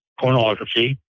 pornography